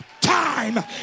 time